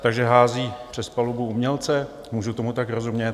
Takže hází přes palubu umělce, můžu tomu tak rozumět?